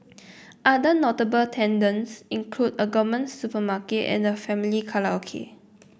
other notable tenants include a gourmet supermarket and family karaoke